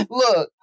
look